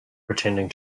pretending